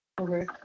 Okay